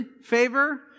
favor